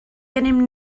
gennym